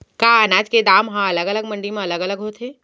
का अनाज के दाम हा अलग अलग मंडी म अलग अलग होथे?